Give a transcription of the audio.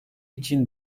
için